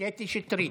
חברת הכנסת קטי שטרית,